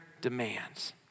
demands